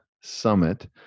summit